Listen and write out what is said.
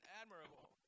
admirable